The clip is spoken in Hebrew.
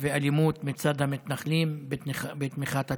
ואלימות מצד המתנחלים בתמיכת הצבא.